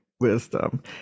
wisdom